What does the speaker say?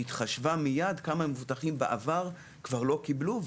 היא חשבה מייד כמה מבוטחים בעבר לא קיבלו,